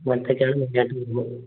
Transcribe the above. ഇങ്ങനത്തെ ഒക്കെ ആണ് മെയിൻ ആയിട്ട് വരുന്നത്